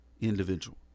individual